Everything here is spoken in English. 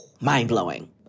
Mind-blowing